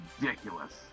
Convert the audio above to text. ridiculous